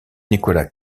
nicolas